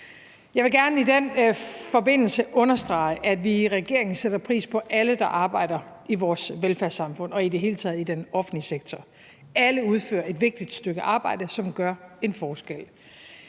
Jeg vil gerne i den forbindelse understrege, at vi i regeringen sætter pris på alle, der arbejder i vores velfærdssamfund og i det hele taget i den offentlige sektor. Alle udfører et vigtigt stykke arbejde, som gør en forskel.